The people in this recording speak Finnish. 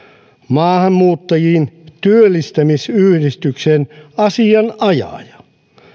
maahanmuuttajien työllistämisyhdistyksen asianajaja